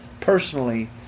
personally